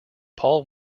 paul